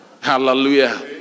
hallelujah